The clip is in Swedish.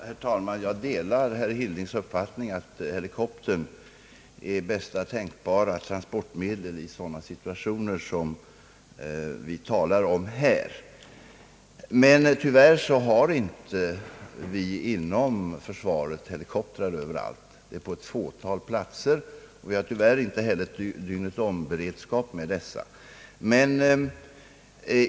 Herr talman! Jag delar herr Hildings uppfattning att helikoptern är bästa tänkbara transportmedel i sådana situationer som vi här talar om. Men tyvärr har vi inom försvaret inte helikoptrar överallt utan bara på ett fåtal platser. Vi har inte heller dygnetomberedskap.